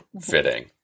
fitting